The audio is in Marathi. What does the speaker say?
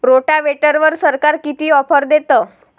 रोटावेटरवर सरकार किती ऑफर देतं?